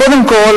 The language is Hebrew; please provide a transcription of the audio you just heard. קודם כול,